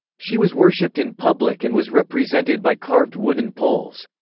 she was worshipped in public and was represented by carved wooden poles.